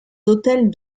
hôtels